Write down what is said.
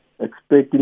expecting